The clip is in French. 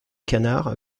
canards